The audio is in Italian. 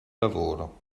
lavoro